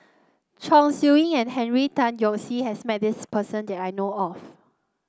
Chong Siew Ying and Henry Tan Yoke See has met this person that I know of